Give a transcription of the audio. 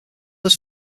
was